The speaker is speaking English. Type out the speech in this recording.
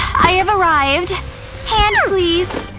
i have arrived hand, please